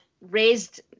raised